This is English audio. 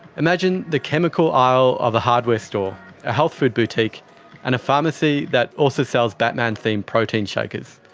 imagine the chemical aisle of a hardware store, a health food boutique and a pharmacy that also sells batman-theme protein shakers.